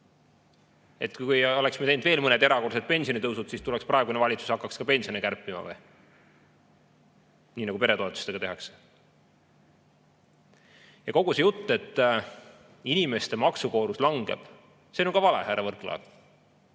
on? Kui oleksime teinud veel mõned erakordsed pensionitõusud, kas siis tuleks praegune valitsus ja hakkaks ka pensione kärpima või, nii nagu peretoetustega tehakse? Kogu see jutt, et inimeste maksukoormus langeb, on ju ka vale, härra Võrklaev.